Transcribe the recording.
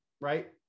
Right